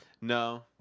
No